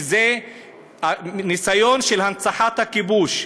שזה ניסיון של הנצחת הכיבוש.